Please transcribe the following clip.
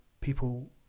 people